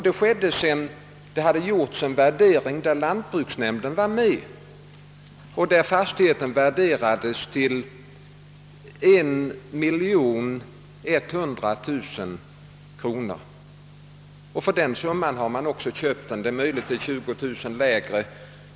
Detta skedde sedan det gjorts en värdering under med verkan av: lantbruksnämnden, varvid fastigheten värderades till 1.100 000 kronor. För denna summa har man också köpt fastigheten — eller möjligen för 20 000 kronor mindre.